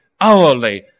hourly